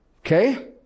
Okay